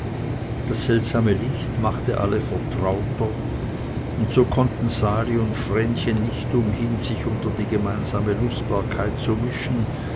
das seltsame licht machte alle vertrauter und so konnten sali und vrenchen nicht umhin sich unter die gemeinsame lustbarkeit zu mischen